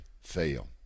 fail